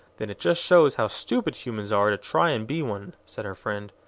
then it just shows how stupid humans are to try and be one, said her friend.